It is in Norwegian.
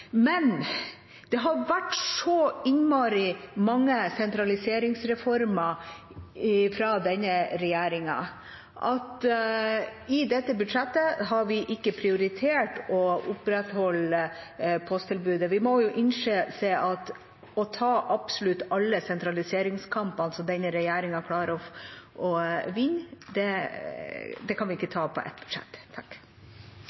Men det har vært så innmari mange sentraliseringsreformer fra denne regjeringa at i dette budsjettet har vi ikke prioritert å opprettholde posttilbudet. Vi må innse at absolutt alle sentraliseringskampene som denne regjeringa klarer å vinne, kan vi ikke